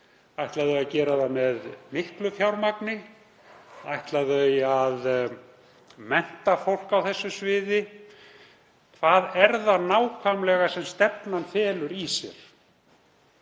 Ætla þau að gera það með miklu fjármagni? Ætla þau að mennta fólk á þessu sviði? Hvað er það nákvæmlega sem stefnan felur í sér?